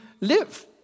live